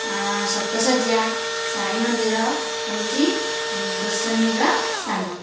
ସପ୍ତଶଯ୍ୟା ସାଇ ମନ୍ଦିର ହେଉଛି ଦାର୍ଶନିକ ସ୍ଥାନ